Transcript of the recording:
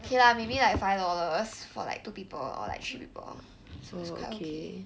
okay lah maybe like five dollars for like two people or like three people it's quite okay